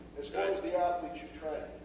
as kind of the athletes you train.